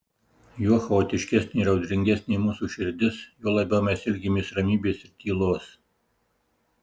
juo chaotiškesnė ir audringesnė mūsų širdis juo labiau mes ilgimės ramybės ir tylos